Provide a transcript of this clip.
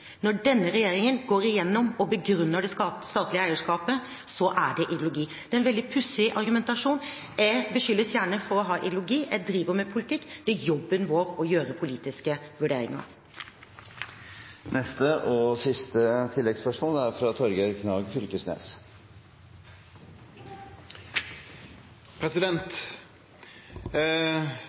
Når denne regjeringen går igjennom og begrunner det statlige eierskapet, er det ideologi. Det er en veldig pussig argumentasjon. Jeg beskyldes gjerne for å ha ideologi. Jeg driver med politikk. Det er jobben vår å gjøre politiske vurderinger. Torgeir Knag Fylkesnes – til siste